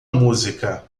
música